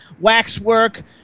Waxwork